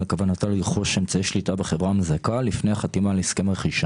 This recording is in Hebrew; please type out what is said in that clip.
על סדר-היום: הצעת חוק לעידוד תעשייה עתירת ידע.